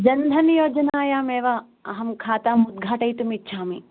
जन्धन्योजनायां एव अहं खाताम् उद्घाटयितुम् इच्छामि